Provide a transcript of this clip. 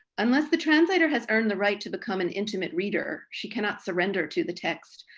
unless the translator has earned the right to become an intimate reader, she cannot surrender to the text,